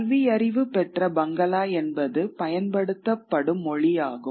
கல்வியறிவு பெற்ற பங்களா என்பது பயன்படுத்தப்படும் மொழி ஆகும்